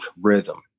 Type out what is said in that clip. rhythm